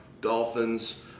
Dolphins